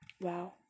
Wow